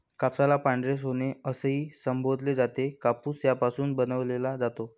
कापसाला पांढरे सोने असेही संबोधले जाते, कापूस यापासून बनवला जातो